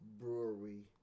brewery